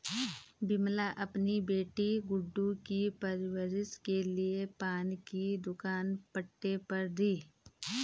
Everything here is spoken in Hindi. विमला अपनी बेटी गुड्डू की परवरिश के लिए पान की दुकान पट्टे पर दी